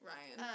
Ryan